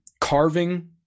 carving